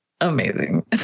Amazing